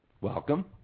Welcome